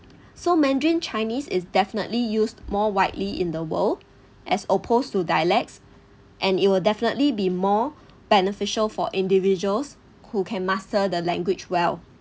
so mandarin chinese is definitely used more widely in the world as opposed to dialects and it will definitely be more beneficial for individuals who can master the language well